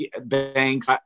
banks